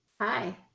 Hi